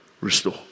restore